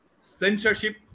censorship